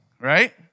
right